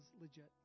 legit